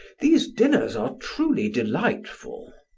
these dinners are truly delightful.